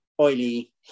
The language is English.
oily